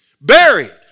buried